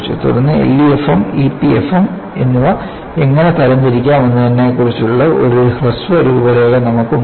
തുടർന്ന് LEFM EPFM എന്നിവ എങ്ങനെ തരംതിരിക്കാം എന്നതിനെക്കുറിച്ചുള്ള ഒരു ഹ്രസ്വ രൂപരേഖ നമുക്ക് ഉണ്ടായിരുന്നു